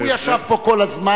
הוא ישב כאן כל הזמן,